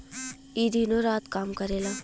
ई दिनो रात काम करेला